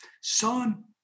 son